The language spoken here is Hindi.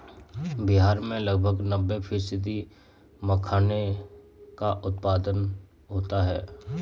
बिहार में लगभग नब्बे फ़ीसदी मखाने का उत्पादन होता है